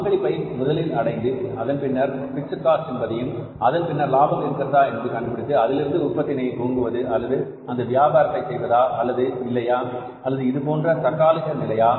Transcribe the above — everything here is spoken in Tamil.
பங்களிப்பை முதலில் அடைந்து அதன் பின்னர் பிக்ஸட் காஸ்ட் என்பதையும் அதன் பின்னர் லாபம் இருக்கிறதா என்று கண்டுபிடித்து அதிலிருந்து உற்பத்தியினை துவங்குவது அல்லது அந்த வியாபாரத்தை செய்வதா அல்லது இல்லையா அல்லது இது ஒரு தற்காலிக நிலையா